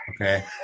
okay